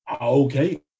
okay